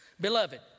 Beloved